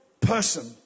person